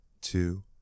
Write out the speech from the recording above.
two